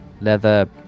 leather